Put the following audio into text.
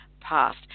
passed